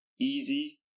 easy